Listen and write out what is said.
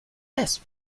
best